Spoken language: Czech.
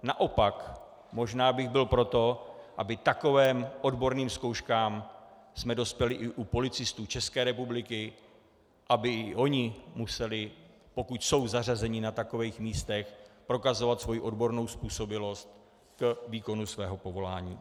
Naopak možná bych byl pro to, abychom k takovým odborným zkouškám dospěli i u policistů České republiky, aby i oni museli, pokud jsou zařazeni na takových místech, prokazovat svoji odbornou způsobilost k výkonu svého povolání.